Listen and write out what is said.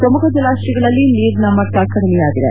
ಪ್ರಮುಖ ಜಲಾಶಯಗಳಲ್ಲಿ ನೀರಿನ ಮಣ್ವ ಕಡಿಮೆಯಾಗಿದೆ